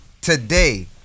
today